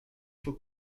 for